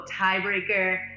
tiebreaker